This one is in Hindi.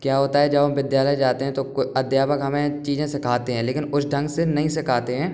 क्या होता है जब हम विद्यालय जाते हैं तो को अध्यपक हमें चीज़ें सीखाते हैं लेकिन कुछ ढंग से नहीं सिखाते हैं